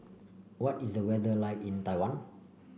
what is the weather like in Taiwan